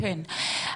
כן,